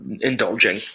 indulging